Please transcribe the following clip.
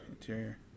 interior